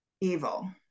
evil